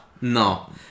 No